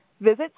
visit